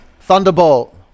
Thunderbolt